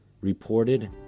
reported